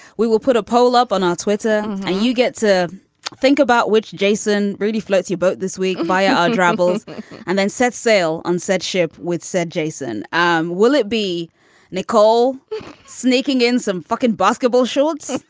we will put a pole up on our twitter and you get to think about which jason rudy floats your boat this week via and rambles and then set sail on set ship with said jason um will it be nicole sneaking in some fuckin basketball shorts. or